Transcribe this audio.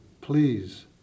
please